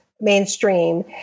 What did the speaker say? mainstream